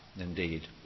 indeed